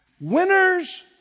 Winners